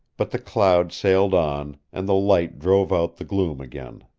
but the cloud sailed on and the light drove out the gloom again.